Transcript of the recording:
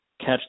catch